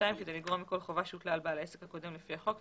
כדי לגרוע מכל חובה שהוטל על בעל העסק הקודם לפי החוק,